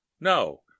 no